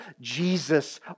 Jesus